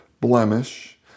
blemish